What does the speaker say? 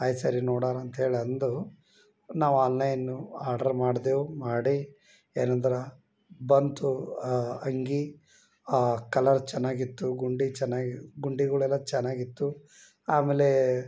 ಆಯ್ತು ಸರಿ ನೋಡೋಣ ಅಂತ ಹೇಳಿ ಅಂದು ನಾ ಆನ್ಲೈನು ಆರ್ಡರ್ ಮಾಡಿದೆವು ಮಾಡಿ ಏನಂದ್ರೆ ಬಂತು ಆ ಅಂಗಿ ಆ ಕಲರ್ ಚೆನ್ನಾಗಿತ್ತು ಗುಂಡಿ ಚೆನ್ನಾಗಿ ಗುಂಡಿಗಳೆಲ್ಲ ಚೆನ್ನಾಗಿತ್ತು ಆಮೇಲೆ